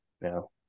no